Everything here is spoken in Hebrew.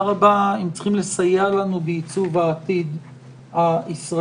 רבה הם צריכים לסייע לנו בעיצוב העתיד הישראלי.